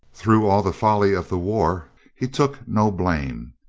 through all the folly of the war he took no blame.